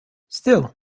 still